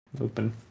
Open